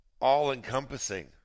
all-encompassing